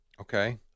Okay